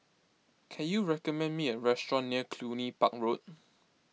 can you recommend me a restaurant near Cluny Park Road